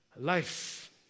life